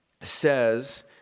says